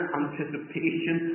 anticipation